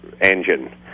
engine